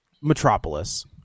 Metropolis